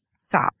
stop